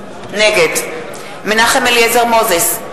נגד מנחם אליעזר מוזס,